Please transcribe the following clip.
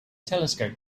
telescope